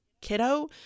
kiddo